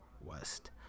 West